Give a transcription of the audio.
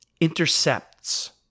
intercepts